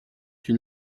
une